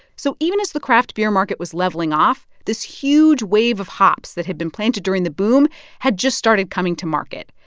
so even as the craft beer market was leveling off, this huge wave of hops that had been planted during the boom had just started coming to market.